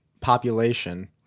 population